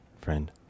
friend